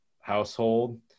household